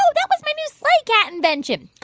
um that was my new sleigh cat invention.